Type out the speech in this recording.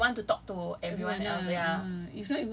if if you want to talk to everyone else ya